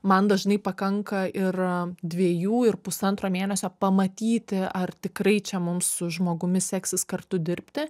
man dažnai pakanka ir dviejų ir pusantro mėnesio pamatyti ar tikrai čia mum su žmogumi seksis kartu dirbti